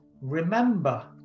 remember